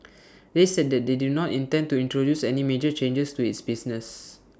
they said that they do not intend to introduce any major changes to its business